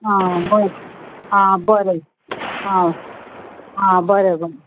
आं बरें आं बरें आं आं बरें बरें